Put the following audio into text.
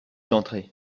d’entrer